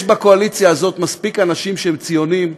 יש בקואליציה הזאת מספיק אנשים שהם ציונים,